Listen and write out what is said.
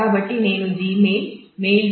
కాబట్టి నేను Gmail mail